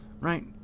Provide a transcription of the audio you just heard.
Right